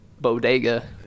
bodega